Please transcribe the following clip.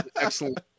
Excellent